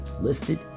listed